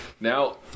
Now